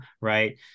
right